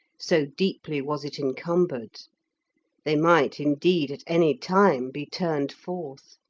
so deeply was it encumbered they might, indeed, at any time be turned forth.